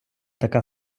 така